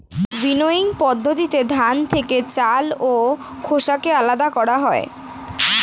winnowing পদ্ধতিতে ধান থেকে চাল ও খোসাকে আলাদা করা হয়